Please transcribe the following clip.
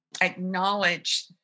acknowledge